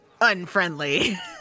unfriendly